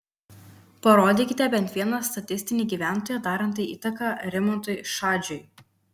parodykite bent vieną statistinį gyventoją darantį įtaką rimantui šadžiui